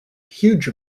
huge